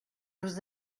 vous